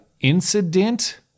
incident